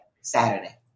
Saturday